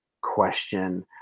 question